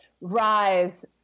rise